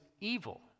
evil